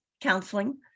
counseling